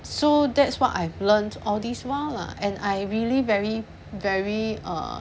so that's what I've learned all these while lah and I really very very err